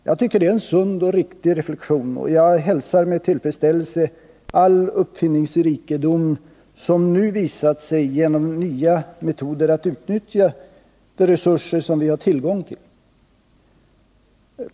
Jag tycker det är en sund och riktig reflexion, och jag hälsar med tillfredsställelse all uppfinningsrikedom som nu visat sig genom nya metoder att utnyttja de resurser som vi har tillgång till.